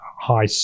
high